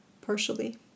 partially